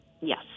Yes